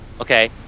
Okay